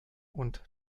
und